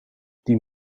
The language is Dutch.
die